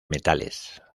metales